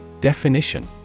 Definition